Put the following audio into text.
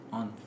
on